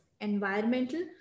environmental